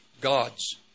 gods